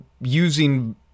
using